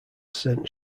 sent